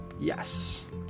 Yes